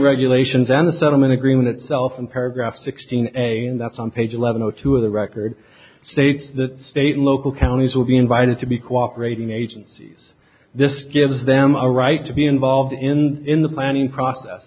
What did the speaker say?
regulations then the settlement agreement itself in paragraph sixteen and that's on page eleven o two of the record states the state local counties will be invited to be cooperating agencies this gives them a right to be involved in in the planning process